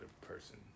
person